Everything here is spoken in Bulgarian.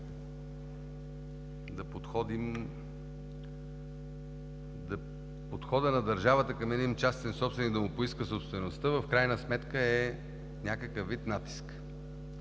да подходим… Подходът на държавата към един частен собственик да му поиска собствеността в крайна сметка е някакъв вид натиск.